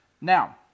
Now